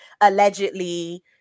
allegedly